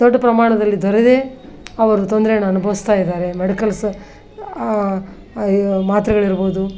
ದೊಡ್ಡ ಪ್ರಮಾಣದಲ್ಲಿ ದೊರೆಯದೇ ಅವರು ತೊಂದ್ರೆಯನ್ನ ಅನುಭವಿಸ್ತಾ ಇದ್ದಾರೆ ಮೆಡಿಕಲ್ಸ್ ಮಾತ್ರೆಗಳಿರ್ಬೋದು